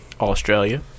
Australia